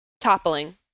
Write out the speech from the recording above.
toppling